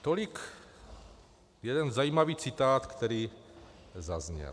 Tolik jeden zajímavý citát, který zazněl.